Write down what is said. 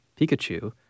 Pikachu